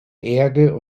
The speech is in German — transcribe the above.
erde